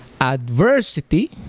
adversity